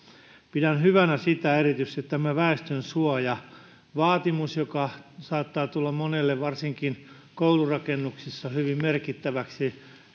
pidän hyvänä erityisesti sitä että kun tämä väestönsuojavaatimus saattaa tulla monelle varsinkin koulurakennuksissa hyvin merkittäväksi